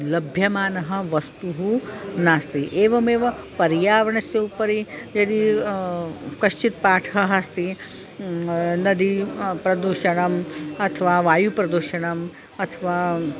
लभ्यमानः वस्तुः नास्ति एवमेव पर्यावरणस्य उपरि यदि कश्चित् पाठः अस्ति नदी प्रदूषणम् अथवा वायुप्रदूषणम् अथवा